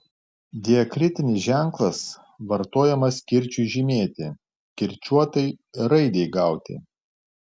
diakritinis ženklas vartojamas kirčiui žymėti kirčiuotai raidei gauti